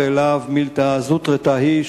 ולאו מילתא זוטרתא היא,